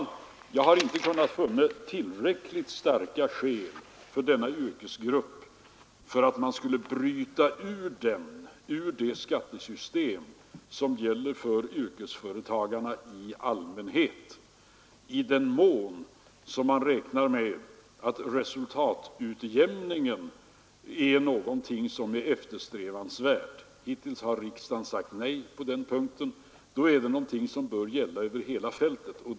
Jag har inte kunnat finna tillräckligt starka skäl för att denna yrkesgrupp skall brytas ut ur det skattesystem som gäller företagarna i allmänhet. I den mån man räknar med att resultatutjämningen är någonting eftersträvansvärt — hittills har riksdagen sagt nej på den punkten — bör den gälla över hela fältet.